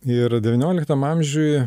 ir devynioliktam amžiuj